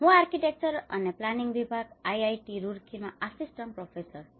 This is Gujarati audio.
હું આર્કિટેક્ચર અને પ્લાનિંગ વિભાગ IIT રૂરકીમાં આસિસ્ટન્ટ પ્રોફેસર છું